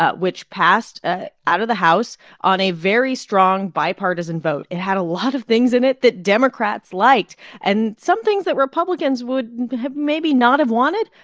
which passed ah out of the house on a very strong bipartisan vote. it had a lot of things in it that democrats liked and some things that republicans would have maybe not have wanted.